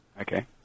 okay